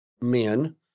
men